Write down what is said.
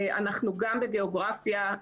אנחנו גם בגיאוגרפיה,